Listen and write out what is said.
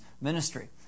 ministry